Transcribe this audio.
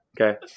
okay